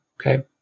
Okay